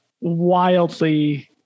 wildly